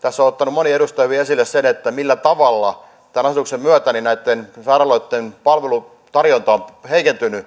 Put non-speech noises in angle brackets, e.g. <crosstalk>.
minkä on ottanut moni edustaja esille millä tavalla tämän asetuksen myötä näitten sairaaloitten palvelutarjonta on heikentynyt <unintelligible>